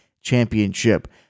Championship